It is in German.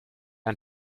ein